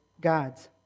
gods